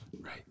Right